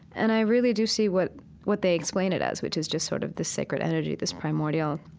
and i really do see what what they explain it as, which is just sort of this sacred energy, this primordial,